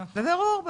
בבירור.